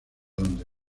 donde